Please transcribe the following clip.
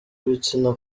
ibitsina